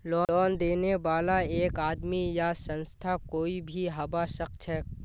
loan देने बाला एक आदमी या संस्था कोई भी हबा सखछेक